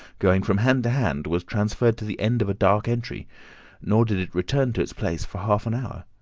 going from hand to hand, was transferred to the end of a dark entry nor did it return to its place for half an hour.